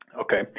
Okay